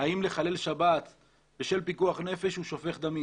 האם לחלל שבת בשל פיקוח נפש הוא שופך דמים.